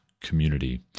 community